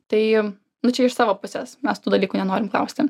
tai nu čia iš savo pusės mes tų dalykų nenorim klausti